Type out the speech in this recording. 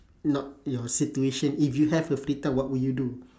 not your situation if you have a free time what would you do